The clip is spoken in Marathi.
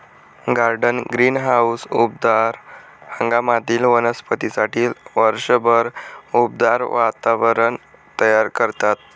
गार्डन ग्रीनहाऊस उबदार हंगामातील वनस्पतींसाठी वर्षभर उबदार वातावरण तयार करतात